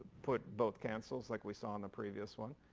put both cancels like we saw in the previous one,